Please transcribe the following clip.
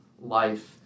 life